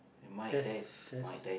test test